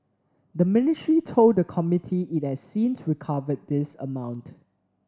the ministry told the committee it has since recovered this amount